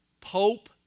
Pope